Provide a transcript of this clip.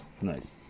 Nice